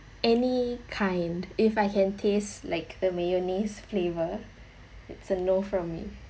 any kind if I can taste like a mayonnaise flavor it's a no from me